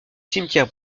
cimetière